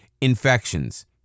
Infections